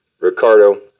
Ricardo